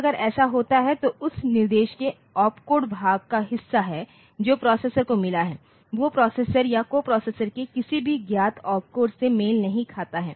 तो अगर ऐसा होता है तो उस निर्देश के ओपकोड भाग का हिस्सा है जो प्रोसेसर को मिला हैवो प्रोसेसर या कोपरोसेसर के किसी भी ज्ञात ऑपकोड से मेल नहीं खाता है